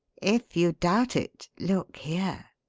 if you doubt it, look here.